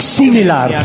similar